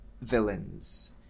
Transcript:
villains